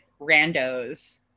randos